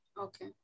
Okay